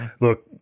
look